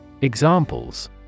Examples